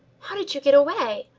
how did you get away?